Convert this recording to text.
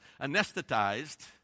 anesthetized